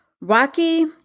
Rocky